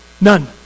None